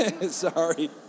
Sorry